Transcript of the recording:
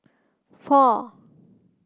four